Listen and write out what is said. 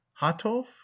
hatov